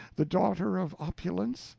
the daughter of opulence,